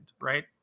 right